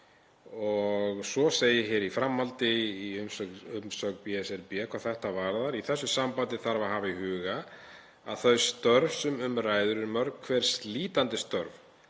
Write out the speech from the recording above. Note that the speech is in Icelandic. Svo segir í framhaldi í umsögn BSRB hvað þetta varðar: „Í þessu sambandi þarf að hafa í huga að þau störf sem um ræðir eru mörg hver slítandi störf